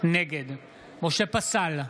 נגד משה פסל,